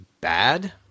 bad